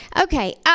Okay